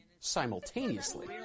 simultaneously